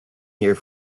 here